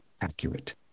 accurate